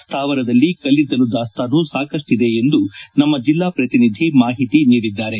ಸ್ಥಾವರದಲ್ಲಿ ಕಲ್ಲಿದ್ದಲು ದಾಸ್ತಾನು ಸಾಕಷ್ಟಿದೆ ಎಂದು ನಮ್ಮ ಜಲ್ಲಾ ಪ್ರತಿನಿಧಿ ಮಾಹಿತಿ ನೀಡಿದ್ದಾರೆ